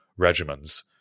regimens